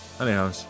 Anyhow